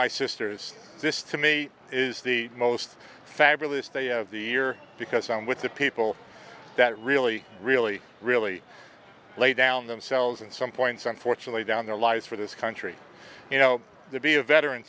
my sisters this to me is the most fabulous day of the year because i'm with the people that really really really lay down themselves in some points unfortunately down their lives for this country you know to be a veteran